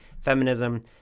feminism